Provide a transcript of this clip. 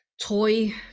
toy